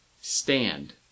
stand